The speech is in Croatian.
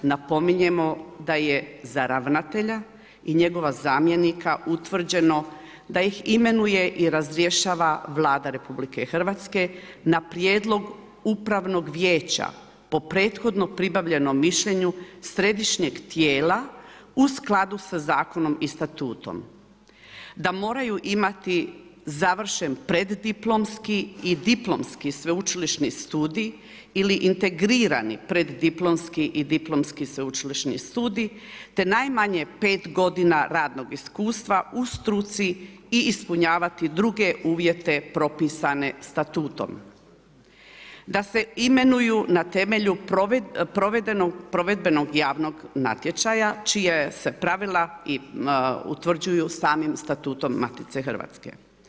Napominjemo za ravnatelja i njegova zamjenika utvrđeno je da ih imenuje i razrješava Vlada RH na prijedlog upravnog vijeća po prethodno pribavljenom mišljenju središnjeg tijela u skladu sa zakonom i statutom, da moraju imati završen preddiplomski i diplomski sveučilišni studij ili integrirani preddiplomski i diplomski sveučilišni studij te najmanje pet godina radnog iskustva u struci i ispunjavati druge uvjete propisane statutom da se imenuju na temelju provedbenog javnog natječaja čija se pravila utvrđuju samim Statutom Matice Hrvatske.